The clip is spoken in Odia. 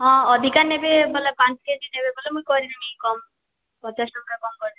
ହଁ ଅଧିକା ନେବେ ବୋଲେ ପାଞ୍ଚ୍ କେଜି ନେବେ ବୋଲେ ମୁଇଁ କରିମି କମ୍ ପଚାଶ ଟଙ୍କା କମ୍ କରିଦେମି